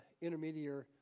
intermediate